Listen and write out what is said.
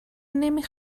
نمی